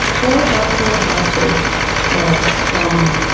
their cultural heartbeat was strong.